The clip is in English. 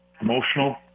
emotional